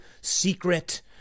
secret